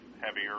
heavier